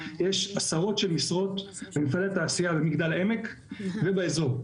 יש עשרות משרות במפעלי התעשייה במגדל העמק ובאזור.